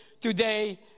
today